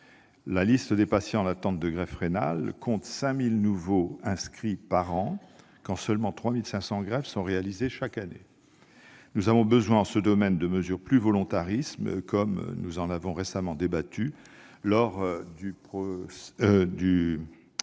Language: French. la liste des patients en attente de greffe rénale compte 5 000 nouveaux inscrits par an quand seulement 3 500 greffes sont réalisées chaque année. Nous avons besoin en ce domaine de mesures plus volontaristes, comme nous en avons récemment débattu lors de